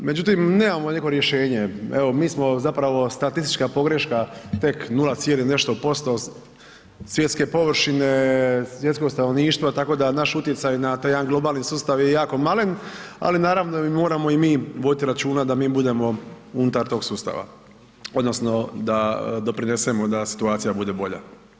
Međutim nemamo neko rješenje, evo mi zapravo statistička pogreška tek 0 cijelih nešto posto svjetske površine, svjetskog stanovništva, tako da naš utjecaj na taj jedan globalni sustav je jako malen ali naravno, moramo i mi voditi računa da mi budemo unutar tog sustava odnosno da doprinesemo da situacija bude bolja.